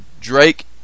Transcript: Drake